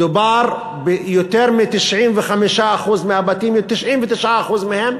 מדובר, יותר מ-95% מהבתים, 99% מהם,